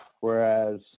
Whereas